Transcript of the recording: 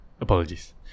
apologies